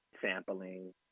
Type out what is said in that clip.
sampling